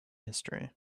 history